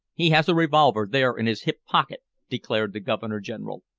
he has a revolver there in his hip-pocket, declared the governor-general,